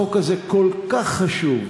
החוק הזה כל כך חשוב,